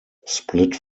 split